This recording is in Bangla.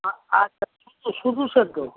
আচ্ছা শুধু সেদ্ধ